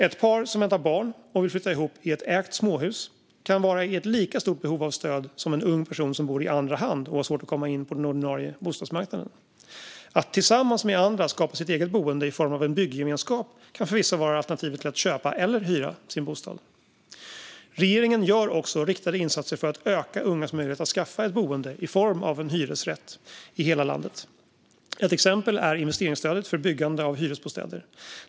Ett par som väntar barn och vill flytta ihop i ett ägt småhus kan vara i ett lika stort behov av stöd som en ung person som bor i andra hand och har svårt att komma in på den ordinarie bostadsmarknaden. Att tillsammans med andra skapa sitt eget boende i form av en byggemenskap kan för vissa vara alternativet till att köpa eller hyra sin bostad. Regeringen gör också riktade insatser för att öka ungas möjligheter att skaffa ett boende i form av en hyresrätt i hela landet. Ett exempel är investeringsstödet för byggande av hyresbostäder.